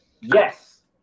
yes